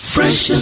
Fresh